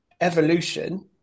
evolution